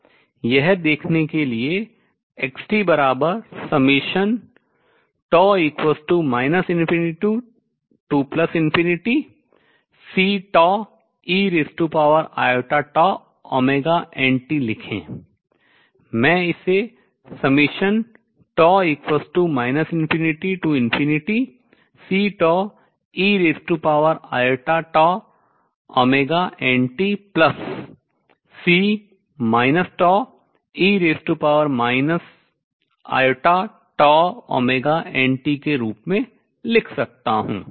यह देखने के लिए कि xtτ ∞Ceiτωt लिखें मैं इसे τ ∞CeiτωtC τe iτωt के रूप में लिख सकता हूँ